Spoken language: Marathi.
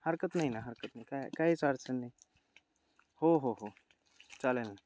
हरकत नाही ना हरकत नाही काय काहीच अडचण नाही हो हो हो चालेल ना